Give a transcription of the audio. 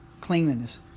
cleanliness